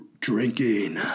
drinking